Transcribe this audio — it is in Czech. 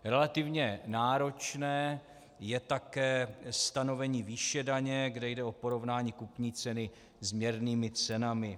Relativně náročné je také stanovení výše daně, kde jde o porovnání kupní ceny s měrnými cenami.